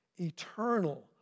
eternal